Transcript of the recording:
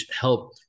help